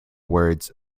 words